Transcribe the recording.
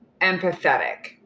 empathetic